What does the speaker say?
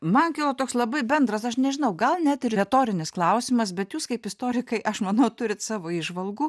man kilo toks labai bendras aš nežinau gal net ir retorinis klausimas bet jūs kaip istorikai aš manau turit savo įžvalgų